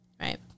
right